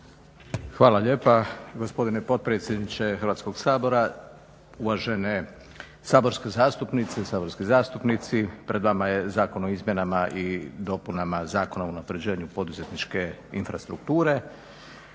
Hvala lijepa gospodine potpredsjedniče Hrvatskog sabora. Uvažene saborske zastupnice i saborski zastupnici. Pred vama je Zakon o izmjenama i dopunama Zakona o unapređenju poduzetničke infrastrukture.